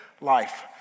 life